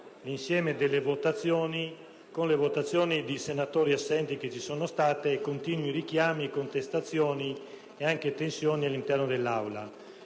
l'insieme delle votazioni, con le votazioni di senatori assenti che si sono verificate e continui richiami, contestazioni e anche tensioni all'interno dell'Aula.